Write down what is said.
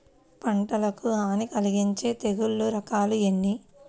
పంటకు హాని కలిగించే తెగుళ్ల రకాలు ఎన్ని?